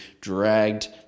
dragged